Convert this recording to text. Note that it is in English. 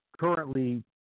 currently